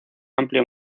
amplio